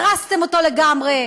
הרסתם אותו לגמרי.